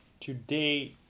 Today